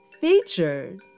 featured